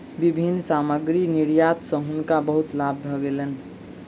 विभिन्न सामग्री निर्यात सॅ हुनका बहुत लाभ भेलैन